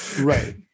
Right